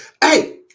hey